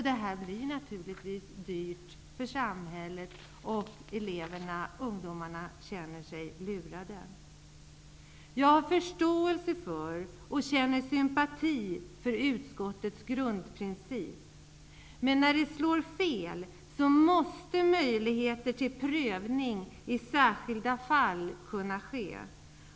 Det här blir naturligtvis dyrt för samhället, och ungdomarna känner sig lurade. Jag har förståelse för och känner sympati för utskottets grundprincip, men när det slår fel måste möjligheter till prövning i särskilda fall finnas.